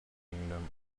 kingdom